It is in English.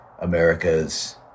America's